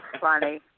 funny